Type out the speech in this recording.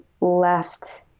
left